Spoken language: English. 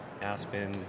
Aspen